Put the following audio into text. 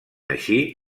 així